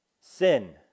sin